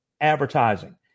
advertising